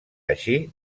així